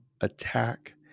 attack